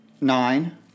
nine